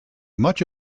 much